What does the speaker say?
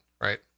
right